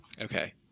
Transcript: Okay